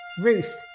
Ruth